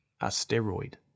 asteroid